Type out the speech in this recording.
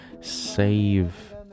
save